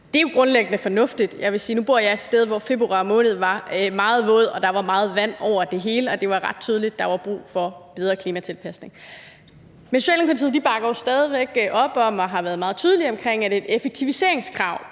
Det er jo grundlæggende fornuftigt. Jeg vil sige, at nu bor jeg et sted, hvor februar måned var meget våd og der var meget vand over det hele, og det var ret tydeligt, at der var brug for bedre klimatilpasning. Men Socialdemokratiet bakker stadig væk op om og har været meget tydelige omkring, at et effektiviseringskrav